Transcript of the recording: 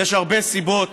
יש הרבה סיבות